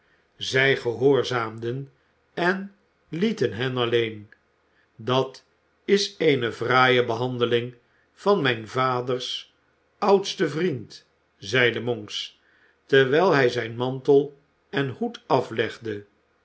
zij gehoorzaamden en lieten hen alleen dat is eene fraaie behandeling van mijn vaders oudsten vriend zeide monks terwijl hij zijn mantel en hoed aflegde